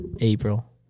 april